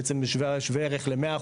בעצם שווה ערך ל-100%.